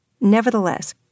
Nevertheless